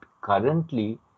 currently